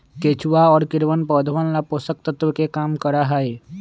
केचुआ और कीड़वन पौधवन ला पोषक तत्व के काम करा हई